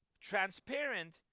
transparent